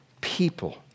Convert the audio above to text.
people